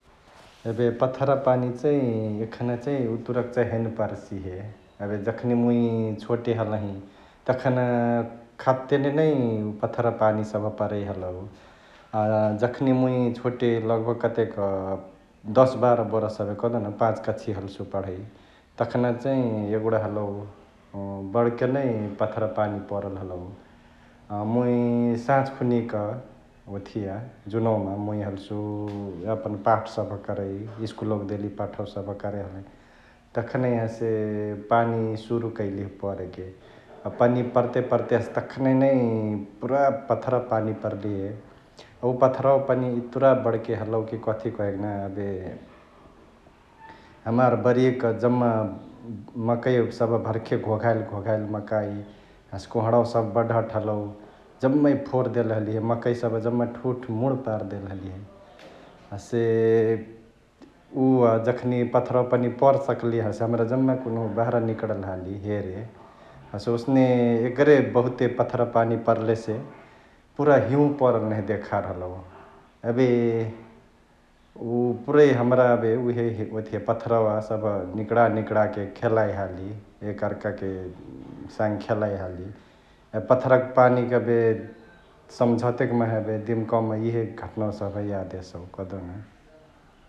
एबे पथरा पानी चैं एखना चैं उतुराक चैं हैने परसिहे, एबे जखनी मुइ छोटे हलही तखना खा तेने नै पथरा पानी सभ परै हलौ । अ जखनी मुइ छोटे लगभग कतेक दस बाह्र हबही कहदेउन पाँच कक्ष्या हल्सु पढै तखना चैं एगुडा हलउ अ बड्के नै पथरा पानी परल हलौ । अ मुइ साझ खुनिक ओथिया जुनवामा मुइ हल्सु यापन पाठ सभ करै स्कूलवाक देली पाठवा सभ करै हलही । तखनै हसे पानी सुरु कैलिहे परके, अ पनिया परते परते हसे तखनही नै पुरा पथरा पानी परलेहे, उ पथरावा पनिया इतुरा बड्के हलौ कि कथी कहेके ना एबे हमार बारीयाक जम्मा मकैया सभ भर्के घोघाइली घोघाइली मकाइ, हसे कोहडवा सभ बढहट हलौ जम्मै फोर देले हलिहे । मकैया सभ जम्मा ठुटमुट परी देले हलिहे । हसे उअ जखनी पथरावा पनिया पर सकलिय हसे हमरा जम्मे कुन्हु बहरा निकड्ल हली हेरे । हसे ओसने एगेरे बहुते पथरा पानी परलेसे पुरा हिंउ परल नहिया देखार हलौ । एबे उ पुरै हमरा उहे ओथिया पथरावा सभ निकडा निकडाके खेलाई हाली एकआर्काके साङे खेलाई हाली । एबे पथराक पानी एबे सम्झ्तेक माहा एबे दिमकवामा इहे घाटनावा सभ याद एसौ कहदेउन ।